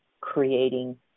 creating